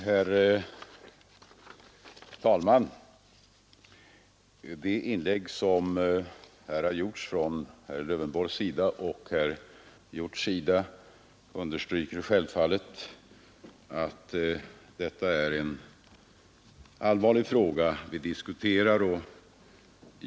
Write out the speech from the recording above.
Herr talman! De inlägg som här har gjorts av herr Lövenborg och herr Hjorth understryker att detta är en allvarlig fråga.